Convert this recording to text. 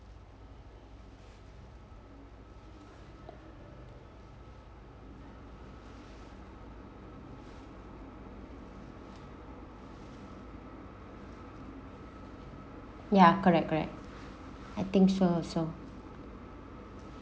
ya correct correct I think so also